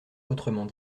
autrement